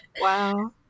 Wow